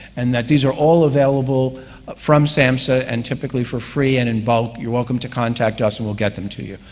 and that these are all available from samhsa and typically for free and in bulk. you're welcome to contact us and we'll get them to you.